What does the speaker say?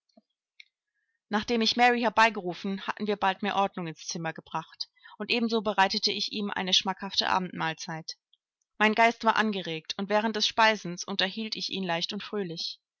nachdem ich mary herbeigerufen hatten wir bald mehr ordnung ins zimmer gebracht und ebenso bereitete ich ihm eine schmackhafte abendmahlzeit mein geist war angeregt und während des speisens unterhielt ich ihn leicht und fröhlich